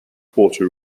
puerto